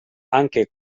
anche